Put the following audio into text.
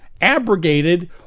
abrogated